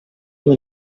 you